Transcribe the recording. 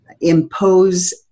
impose